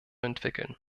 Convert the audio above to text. entwickeln